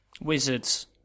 Wizards